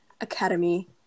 Academy